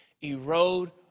erode